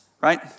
right